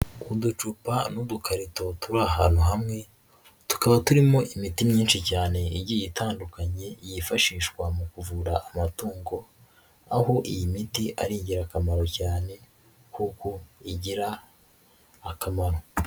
Uducupa n'udukarito turi ahantu hamwe tukaba turimo imiti myinshi cyane igiye itandukanye yifashishwa mu kuvura amatungo, aho iyi miti ari ingirakamaro cyane kuko igira akamaro.